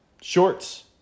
shorts